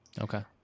Okay